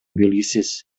белгисиз